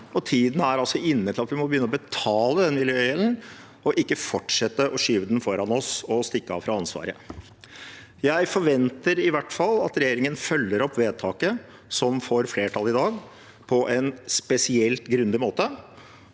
tiden er inne for at vi må begynne å betale denne gjelden, ikke fortsette å skyve den foran oss og stikke fra ansvaret. Jeg forventer i hvert fall at regjeringen følger opp vedtaket som får flertall i dag, på en spesielt grundig måte,